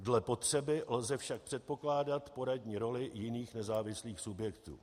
Dle potřeby lze však předpokládat poradní roli jiných nezávislých subjektů.